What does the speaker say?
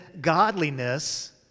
godliness